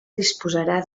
disposarà